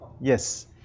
Yes